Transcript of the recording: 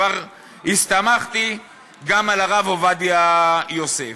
כבר הסתמכתי גם על הרב עובדיה יוסף.